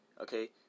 Okay